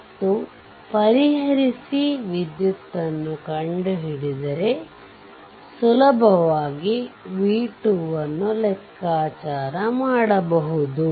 ಮತ್ತು ಪರಿಹರಿಸಿ ವಿದ್ಯುತ್ ನ್ನು ಕಂಡು ಹಿಡಿದರೆ ಸುಲಭವಾಗಿ v2 ಲೆಕ್ಕಾಚಾರ ಮಾಡಬಹುದು